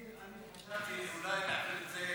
אני חשבתי אולי להעביר את זה